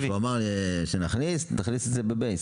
נכניס את זה בבייס.